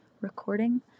recording